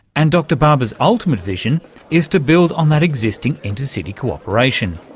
and dr barber's ultimate vision is to build on that existing inter-city cooperation.